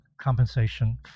compensation